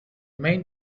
main